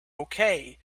okay